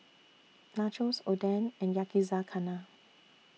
Nachos Oden and Yakizakana